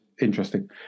interesting